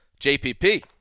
JPP